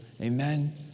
Amen